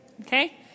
Okay